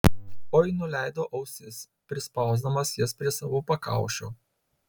oi nuleido ausis prispausdamas jas prie savo pakaušio